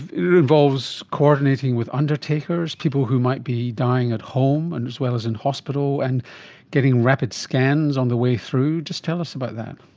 it involves coordinating with undertakers, people who might be dying at home and as well as in hospital, and getting rapid scans on the way through. just tell us about that.